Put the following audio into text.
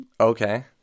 Okay